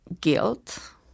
guilt